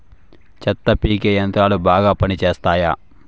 చెత్త పీకే యంత్రాలు బాగా పనిచేస్తాయా?